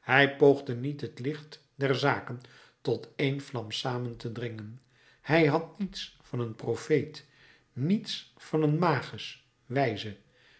hij poogde niet het licht der zaken tot één vlam samen te dringen hij had niets van een profeet niets van een magus wijze